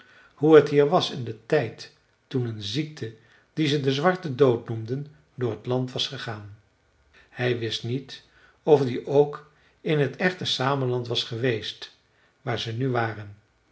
hoe t hier was in den tijd toen een ziekte die ze de zwarte dood noemden door t land was gegaan hij wist niet of die ook in t echte sameland was geweest waar ze nu waren